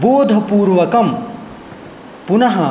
बोधपूर्वकं पुनः